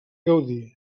gaudí